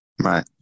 Right